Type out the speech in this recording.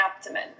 abdomen